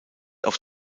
auf